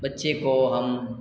बच्चे को हम